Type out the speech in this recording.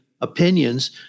opinions